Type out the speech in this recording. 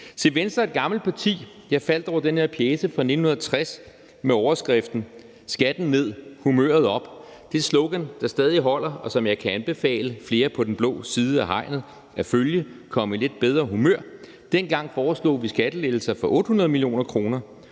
Se, Venstre er et gammelt parti. Jeg faldt over den her pjece fra 1960 med overskriften »Skatten ned, humøret op«. Det er et slogan, der stadig holder, og som jeg kan anbefale flere på den blå side af hegnet at følge, så man kan komme i lidt bedre humør. Dengang foreslog vi skattelettelser for 800 mio. kr.